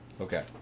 Okay